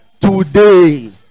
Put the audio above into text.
today